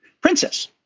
princess